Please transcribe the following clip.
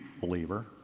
believer